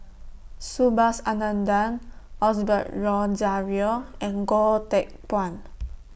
Subhas Anandan Osbert Rozario and Goh Teck Phuan